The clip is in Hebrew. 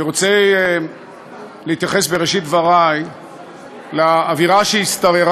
אני רוצה להתייחס בראשית דברי לאווירה שהשתררה